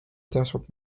tasub